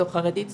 או חרדית סגורה,